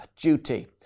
duty